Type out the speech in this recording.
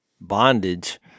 bondage